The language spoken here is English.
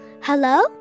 Hello